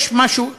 יש משהו שזור,